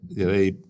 direi